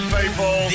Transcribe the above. people